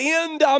end